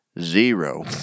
zero